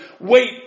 wait